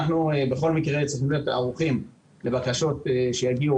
בכל מקרה אנחנו צריכים להיות ערוכים לבקשות שיגיעו